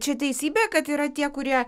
čia teisybė kad yra tie kurie